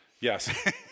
Yes